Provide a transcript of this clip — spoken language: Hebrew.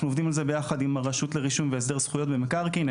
אנחנו עובדים על זה יחד עם הרשות לרישום והסדר זכויות במקרקעין.